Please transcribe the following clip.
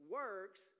works